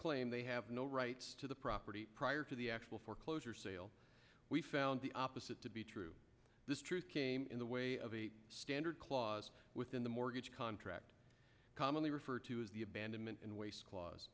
claim they have no rights to the property prior to the actual foreclosure sale we found the opposite to be true this truth came in the way of a standard clause within the mortgage contract commonly referred to as the abandonment and waste cla